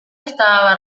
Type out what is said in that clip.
estaba